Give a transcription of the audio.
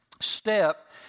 step